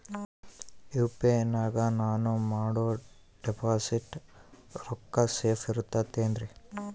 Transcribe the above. UPI ನಾಗ ನಾನು ಮಾಡೋ ಡಿಪಾಸಿಟ್ ರೊಕ್ಕ ಸೇಫ್ ಇರುತೈತೇನ್ರಿ?